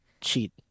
cheat